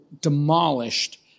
demolished